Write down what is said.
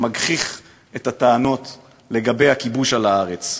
שמגחיך את הטענות לגבי הכיבוש של הארץ.